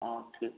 हाँ ठीक